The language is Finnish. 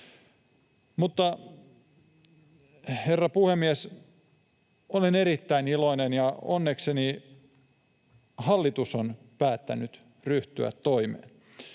Mutta, herra puhemies, olen erittäin iloinen — onnekseni hallitus on päättänyt ryhtyä toimeen.